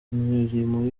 mirimo